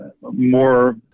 more